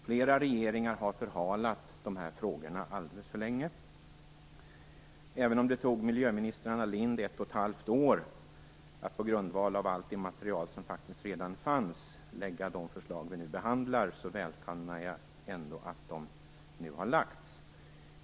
Flera regeringar har förhalat frågorna alldeles för länge. Även om det tog miljöminister Anna Lindh ett och ett halvt år att på grundval av allt det material som redan fanns lägga fram de förslag vi nu behandlar, välkomnar jag att de nu har lagts fram.